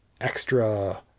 extra